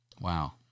Wow